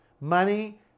Money